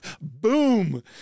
Boom